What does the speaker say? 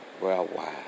worldwide